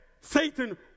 Satan